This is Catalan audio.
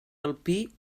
alpí